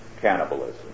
cannibalism